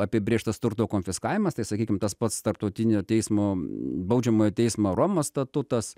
apibrėžtas turto konfiskavimas tai sakykim tas pats tarptautinio teismo baudžiamojo teismo romos statutas